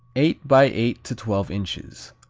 eight by eight to twelve inches,